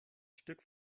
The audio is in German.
stück